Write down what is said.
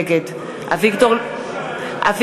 נגד אביגדור ליברמן,